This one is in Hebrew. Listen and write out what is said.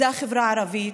זו החברה הערבית,